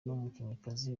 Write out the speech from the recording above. n’umukinnyikazi